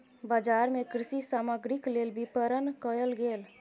बजार मे कृषि सामग्रीक लेल विपरण कयल गेल